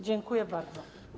Dziękuję bardzo.